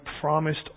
promised